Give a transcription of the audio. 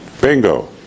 Bingo